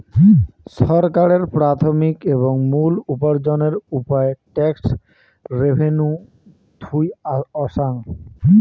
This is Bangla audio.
ছরকারের প্রাথমিক এবং মুল উপার্জনের উপায় ট্যাক্স রেভেন্যু থুই অসাং